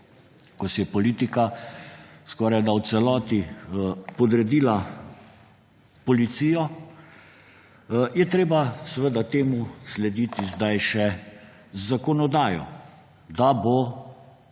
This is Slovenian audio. ko si je politika skorajda v celoti podredila policijo, je treba seveda temu slediti zdaj še z zakonodajo, da bo